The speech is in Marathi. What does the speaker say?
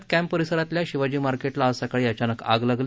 पुण्यात क्ष्पि परिसरातल्या शिवाजी मार्केटला आज सकाळी अचानक आग लागली